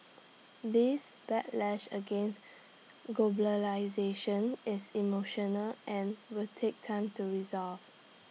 this backlash against globalisation is emotional and will take time to resolve